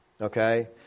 Okay